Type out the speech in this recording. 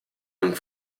and